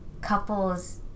couples